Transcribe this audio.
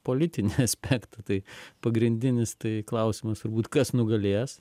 politinį aspektą tai pagrindinis tai klausimas turbūt kas nugalės